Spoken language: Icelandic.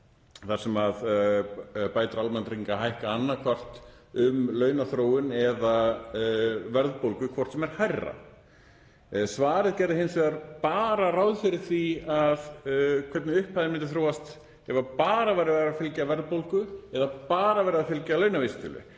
þar sem bætur almannatrygginga hækka annaðhvort um launaþróun eða verðbólgu, hvort sem er hærra. Svarið gerði hins vegar bara ráð fyrir því hvernig upphæðin myndi þróast ef bara væri verið að fylgja verðbólgu eða bara verið að fylgja launavísitölu,